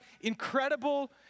incredible